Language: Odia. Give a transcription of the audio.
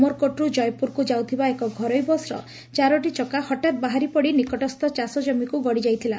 ଉମରକୋଟରୁ କୟପୁରକୁ ଯାଉଥିବା ଏକ ଘରୋଇ ବସ୍ର ଚରୋଟି ଚକା ହଠାତ୍ ବାହାରି ପଡ଼ି ନିକଟସ୍ଥ ଚାଷଜମିକୁ ଗଡ଼ିଯାଇଥିଲା